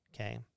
okay